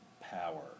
power